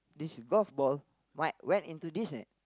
this golf ball might went into this net